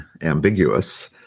ambiguous